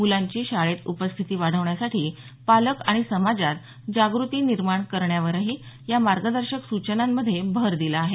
मुलांची शाळेत उपस्थिती वाढवण्यासाठी पालकं आणि समाजात जागृती निर्माण करण्यावरही या मार्गदर्शक सूचनांमध्ये भर दिला आहे